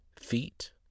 Feet